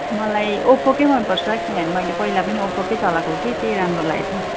मलाई ओप्पोकै मनपर्छ किनभने मैले पहिला पनि ओप्पोकै चलाएको हो कि त्यही राम्रो लागेको थियो